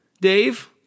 dave